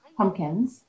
pumpkins